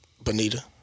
Bonita